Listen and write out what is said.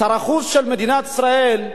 שר החוץ של מדינת ישראל,